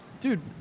Dude